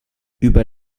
über